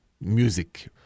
Music